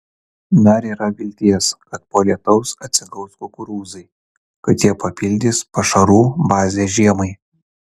dar yra vilties kad po lietaus atsigaus kukurūzai kad jie papildys pašarų bazę žiemai